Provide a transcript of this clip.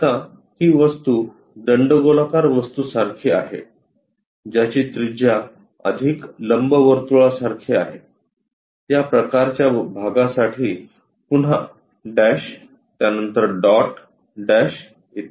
आता ही वस्तू दंडगोलाकार वस्तू सारखी आहे ज्याची त्रिज्या अधिक लंबवर्तुळासारखी आहे या प्रकारच्या भागासाठी पुन्हा डॅश त्यानंतर डॉट डॅश इ